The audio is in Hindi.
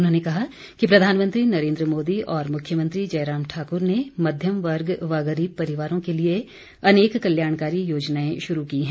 उन्होंने कहा कि प्रधानमंत्री नरेन्द्र मोदी और मुख्यमंत्री जयराम ठाकुर ने मध्यम वर्ग व गरीब परिवारों के लिए अनेक कल्याणकारी योजनाएं शुरू की हैं